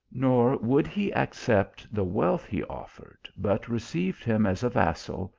nor would he accept the wealth he offered, but received him as a vassal,